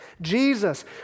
Jesus